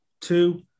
two